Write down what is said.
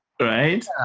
Right